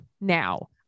now